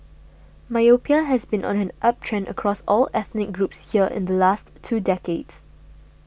myopia has been on an uptrend across all ethnic groups here in the last two decades